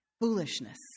foolishness